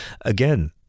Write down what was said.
again